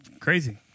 crazy